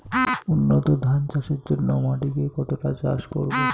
উন্নত ধান চাষের জন্য মাটিকে কতটা চাষ করব?